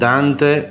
Dante